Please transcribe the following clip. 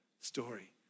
story